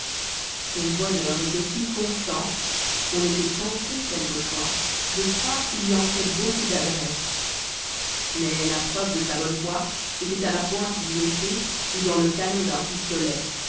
son bonheur était si constant qu'on était tenté quelquefois de croire qu'il y entrait beaucoup d'adresse mais la preuve de sa bonne foi était à la pointe d'une épée où dans le canon d'un pistolet